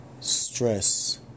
stress